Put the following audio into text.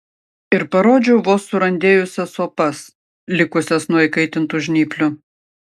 ir parodžiau vos surandėjusias opas likusias nuo įkaitintų žnyplių